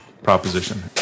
Proposition